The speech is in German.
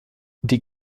die